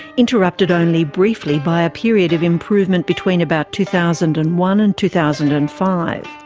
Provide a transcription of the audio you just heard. interrupted only briefly by a period of improvement between about two thousand and one and two thousand and five.